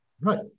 right